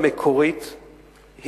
המקורית,